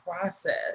process